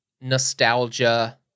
nostalgia